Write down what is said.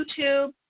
YouTube